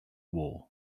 war